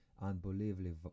unbelievably